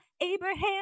Abraham